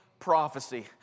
Prophecy